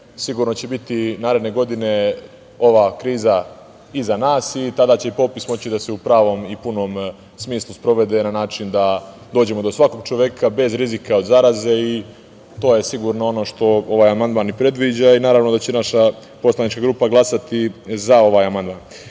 sigurno će biti naredne godine ova kriza iza nas i tada će popis moći da se u pravom i punom smislu provede na način da dođemo do svakog čoveka, bez rizika od zaraze i to je sigurno ono što ovaj amandman i predviđa, i naravno da će naša poslanička grupa glasati za ovaj amandman. Naredne